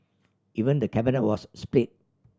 even the Cabinet was split